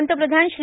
पंतप्रधान श्री